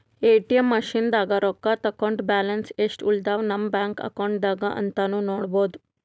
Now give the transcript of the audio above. ATM ಮಷಿನ್ದಾಗ್ ರೊಕ್ಕ ತಕ್ಕೊಂಡ್ ಬ್ಯಾಲೆನ್ಸ್ ಯೆಸ್ಟ್ ಉಳದವ್ ನಮ್ ಬ್ಯಾಂಕ್ ಅಕೌಂಟ್ದಾಗ್ ಅಂತಾನೂ ನೋಡ್ಬಹುದ್